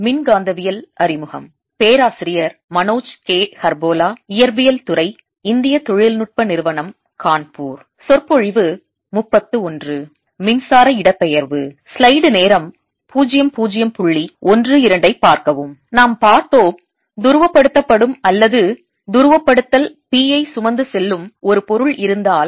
மின்சார இடப்பெயர்வு நாம் பார்த்தோம் துருவப்படுத்தப்படும் அல்லது துருவப்படுத்தல் P ஐச் சுமந்து செல்லும் ஒரு பொருள் இருந்தால்